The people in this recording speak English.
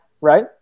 right